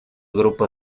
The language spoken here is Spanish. grupo